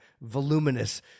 voluminous